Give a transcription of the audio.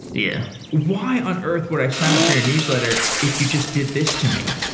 yeah why on earth would i sign up for your newsletter if you just did this to me?